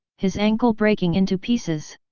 his ankle breaking into pieces.